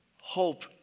hope